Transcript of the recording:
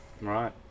Right